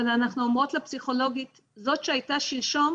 אבל אנחנו אומרות לפסיכולוגית "..זאת שהיתה שלשום,